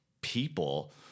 people